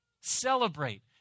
Celebrate